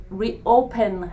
reopen